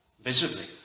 visibly